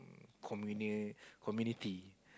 communi~ community